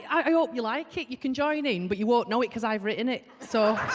i hope you like it you can join in but you won't know it because i've written it so